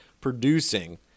producing